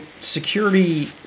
security